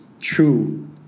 true